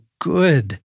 good